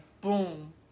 boom